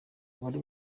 wari